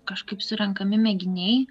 kažkaip surenkami mėginiai